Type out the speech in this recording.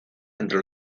entre